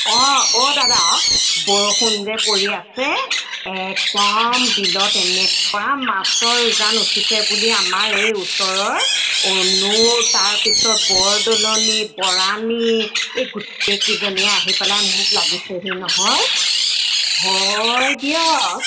অঁ অ দাদা বৰষুণ যে পৰি আছে একদম বিলত এনেকুৱা মাছৰ উজান উঠিছে বুলি আমাৰ এই ওচৰৰ অনু তাৰপিছত বৰদলৈনী বৰানী এই গোটেই কেইজনীয়ে আহি পেলাই মোক লাগিছেহি নহয় হয় দিয়ক